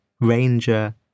ranger